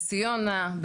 נס ציונה,